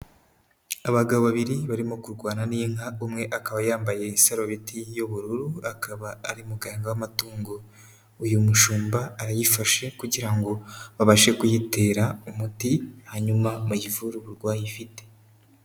Abagabo babiri barimo kurwana n'inka, umwe akaba yambaye isarubeti y'ubururu, akaba ari muganga w'amatungo. Uyu mushumba arayifashe, kugira ngo babashe kuyitera umuti, hanyuma bayivure uburwayi ifite.